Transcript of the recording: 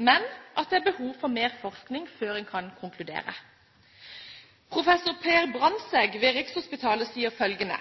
men at det er behov for mer forskning før en kan konkludere. Professor Per Brandtzæg ved Rikshospitalet sier følgende: